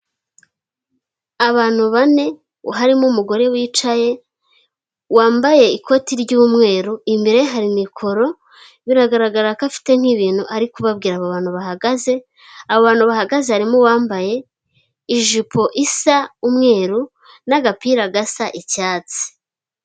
Abantu bane harimo umugore wicaye wambaye ikoti ry'umweru imbere hari mikoro biragaragara ko afite nk'ibintu arikubabwira, abo bantu bahagaze abantu bahagaze harimo uwambaye ijipo isa umweru n'agapira gasa icyatsi.